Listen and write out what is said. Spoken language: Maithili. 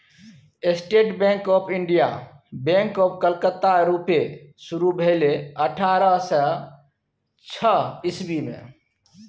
state bank of India, bank of Calcutta रुपे शुरु भेलै अठारह सय छअ इस्बी मे